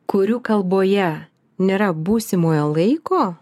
kurių kalboje nėra būsimojo laiko